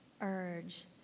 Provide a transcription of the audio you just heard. urge